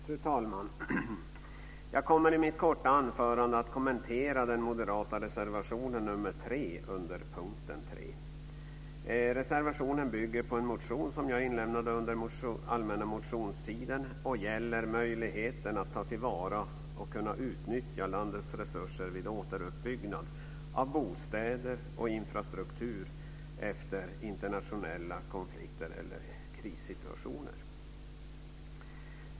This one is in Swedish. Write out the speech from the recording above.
Fru talman! Jag kommer i mitt korta anförande att kommentera den moderata reservationen nr 3 under punkt 3. Reservationen bygger på en motion som jag inlämnade under allmänna motionstiden och gäller möjligheten att ta till vara och utnyttja landets resurser vid återuppbyggnad av bostäder och infrastruktur efter internationella konflikter och krissituationer.